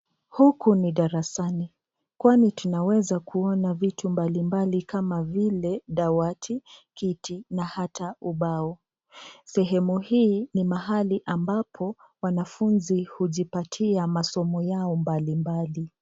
Huku ni darasani kwani tunaweza kuona vitu mbalimbali kama vile dawati kiti na hata ubao. Sehemu hii ni mahali ambapo wanafunzi hujipatia masomo yao mbali mbali.